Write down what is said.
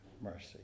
mercy